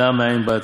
דע מאין באת,